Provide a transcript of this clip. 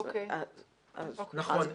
נכון.